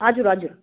हजुर हजुर